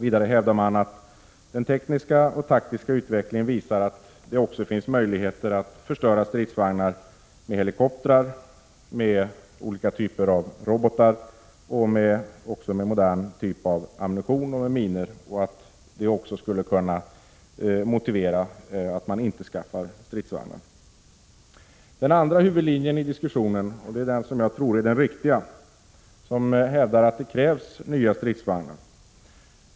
Vidare hävdar man att den tekniska och taktiska utvecklingen visar att det också finns möjligheter att förstöra stridsvagnar med helikoptrar, med olika typer av robotar och också med en modern typ av ammunition, liksom med minor. Även detta skulle motivera att man inte skaffar stridsvagnar. Enligt den andra huvudlinjen i diskussionen — och det är den som jag tror är den riktiga — krävs det nya stridsvagnar.